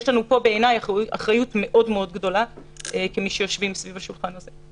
יש לנו פה בעיניי אחריות מאוד מאוד גדולה כמי שיושבים סביב השולחן הזה.